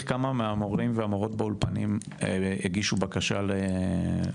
כמה מורים ומורות באולפנים הגישו בקשה לעזוב?